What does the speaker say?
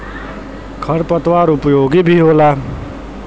खर पतवार उपयोगी भी होला